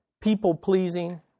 people-pleasing